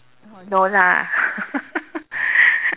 oh no lah